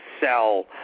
sell